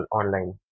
online